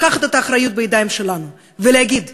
לקחת את האחריות בידיים שלנו ולהגיד שאנחנו,